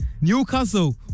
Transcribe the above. Newcastle